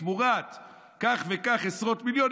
תמורת כך וכך עשרות מיליונים,